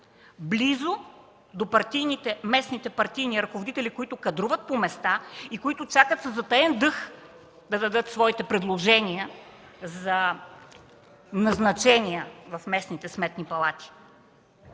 близо до местните партийни ръководители, които кадруват по места, и които със затаен дъх чакат да дадат своите предложения за назначения в местните сметни палати.